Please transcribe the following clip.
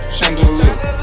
Chandelier